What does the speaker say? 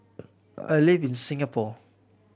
I live in Singapore